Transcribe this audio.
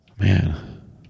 Man